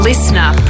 Listener